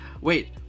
Wait